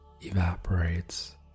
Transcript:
evaporates